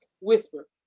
whisper